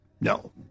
No